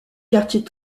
quartier